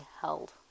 held